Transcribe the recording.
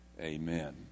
amen